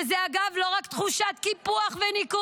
וזו, אגב, לא רק תחושת קיפוח וניכור,